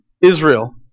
Israel